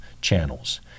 channels